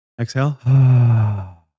Exhale